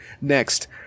Next